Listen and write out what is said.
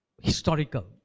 Historical